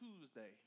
Tuesday